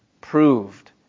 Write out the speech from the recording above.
proved